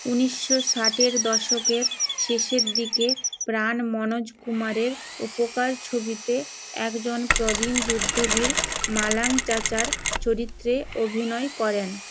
উনিশশো ষাটের দশকের শেষের দিকে প্রাণ মনোজ কুমারের উপকার ছবিতে একজন প্রবীণ যুদ্ধবীর মালাং চাচার চরিত্রে অভিনয় করেন